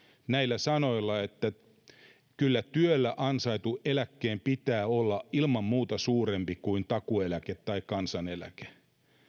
näillä sanoilla kyllä työllä ansaitun eläkkeen pitää olla ilman muuta suurempi kuin takuueläke tai kansaneläke